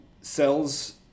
sells